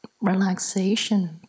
relaxation